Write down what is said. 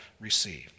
receive